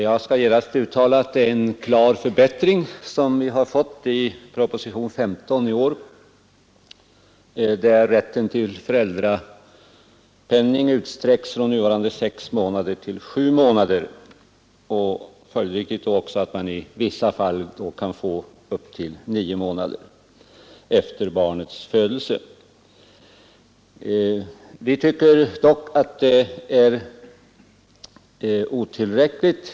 Jag skall genast uttala att det är en klar förbättring som föreslås i propositionen 15 i år om att utsträcka rätten till föräldrapenning från nuvarande sex månader till sju månader, varav följer att föräldrapenning i vissa fall kan utgå under tid upp till nio månader efter barnets födelse. Vi tycker dock att denna förbättring är otillräcklig.